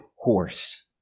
horse